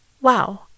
wow